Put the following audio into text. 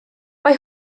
mae